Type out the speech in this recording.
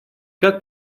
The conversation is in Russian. как